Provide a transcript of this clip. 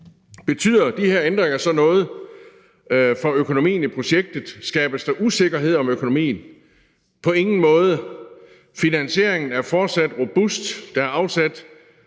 Betyder de her ændringer så noget for økonomien i projektet? Skabes der usikkerhed om økonomien? På ingen måde. Finansieringen er fortsat robust. Der er afsat